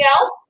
else